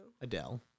adele